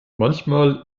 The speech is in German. manchmal